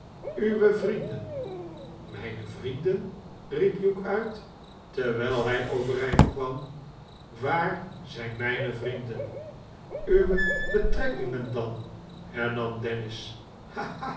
tjwe vrienden mijne vrienden riep hugh uit terwiji hij overemdkwam swaar zijn mijne vrienden sxjwe betrekkingen dan hernam dennis